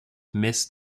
mist